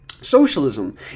Socialism